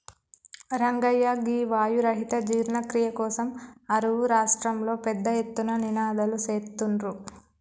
రంగయ్య గీ వాయు రహిత జీర్ణ క్రియ కోసం అరువు రాష్ట్రంలో పెద్ద ఎత్తున నినాదలు సేత్తుర్రు